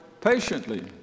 patiently